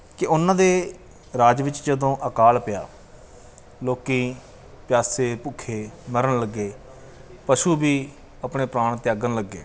ਕਿ ਉਨ੍ਹਾਂ ਦੇ ਰਾਜ ਵਿੱਚ ਜਦੋਂ ਅਕਾਲ ਪਿਆ ਲੋਕ ਪਿਆਸੇ ਭੁੱਖੇ ਮਰਨ ਲੱਗੇ ਪਸ਼ੂ ਵੀ ਆਪਣੇ ਪ੍ਰਾਣ ਤਿਆਗਣ ਲੱਗੇ